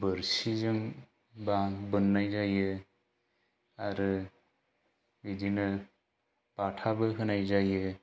बोरसिजों बा बोन्नाय जायो आरो बिदिनो बाथाबो होनाय जायो